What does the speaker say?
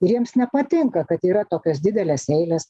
ir jiems nepatinka kad yra tokios didelės eilės